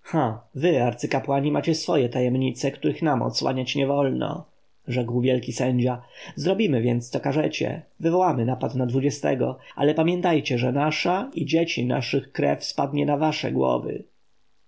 ha wy arcykapłani macie swoje tajemnice których nam odsłaniać nie wolno rzekł wielki sędzia zrobimy więc co każecie wywołamy napad na to na ale pamiętajcie że nasza i dzieci naszych krew spadnie na wasze głowy